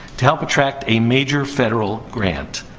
to help attract a major federal grant.